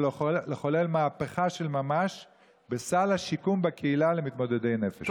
אני רוצה לומר לך בסיפוק שיש לנו תוכנית קונקרטית לכל יישוב ויישוב,